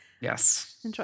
Yes